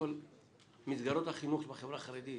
אם מסגרות החינוך בחברה החרדית